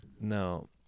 No